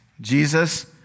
Jesus